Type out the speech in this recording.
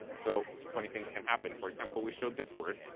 so funny things can happen. for example, we showed this word.